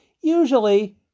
usually